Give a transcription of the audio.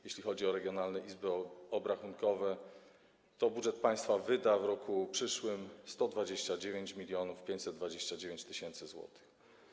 Jeżeli chodzi o regionalne izby obrachunkowe, to budżet państwa wyda w roku przyszłym 129 529 tys. zł.